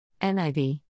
NIV